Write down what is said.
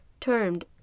termed